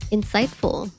Insightful